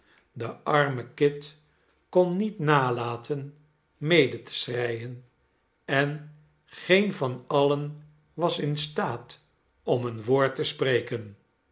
de arme kit kon niet nalaten mede te schreien en geen van alien was in staat om een woord te spreken